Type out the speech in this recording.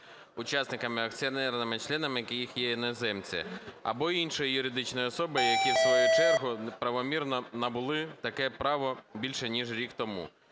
учасниками, акціонерними членами, які є іноземці, або іншої юридичної особи, які в свою чергу неправомірно набули таке право більше ніж рік тому.